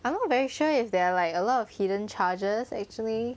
I'm not very sure is there like a lot of hidden charges actually